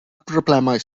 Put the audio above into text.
broblemau